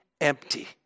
empty